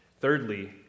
Thirdly